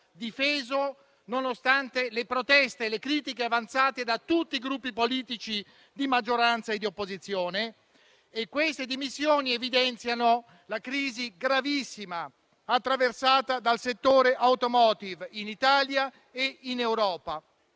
Camera, nonostante le proteste e le critiche avanzate da tutti i Gruppi politici di maggioranza e di opposizione. Queste dimissioni evidenziano altresì la crisi gravissima attraversata dal settore *automotive* in Italia e in Europa.